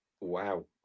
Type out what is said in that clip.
Wow